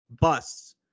busts